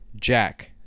Jack